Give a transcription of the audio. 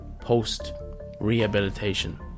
post-rehabilitation